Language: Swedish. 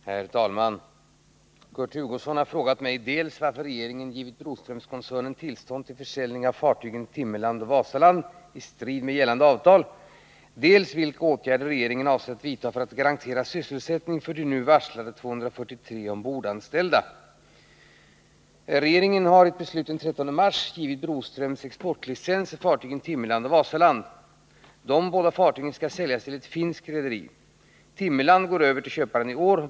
Herr talman! Kurt Hugosson har frågat mig dels varför regeringen givit Broströmskoncernen tillstånd till försäljning av fartygen Timmerland och Vasaland i strid med gällande avtal, dels vilka åtgärder regeringen avser att vidta för ått garantera sysselsättning för de nu varslade 243 ombordanställda. Regeringen har i ett beslut den 13 mars givit Broströms exportlicens för fartygen Timmerland och Vasaland. De båda fartygen skall säljas till ett finskt rederi. Timmerland går över till köparen i år.